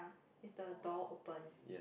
is the door open